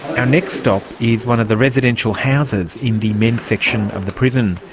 our next stop is one of the residential houses in the men's section of the prison.